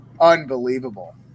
Unbelievable